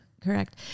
Correct